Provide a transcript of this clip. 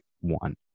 one